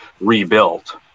rebuilt